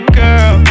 girl